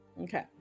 Okay